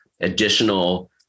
additional